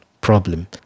problem